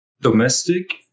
domestic